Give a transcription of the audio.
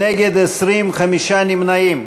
נגד, 20, חמישה נמנעים.